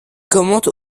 commente